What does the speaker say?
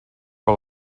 per